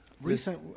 Recent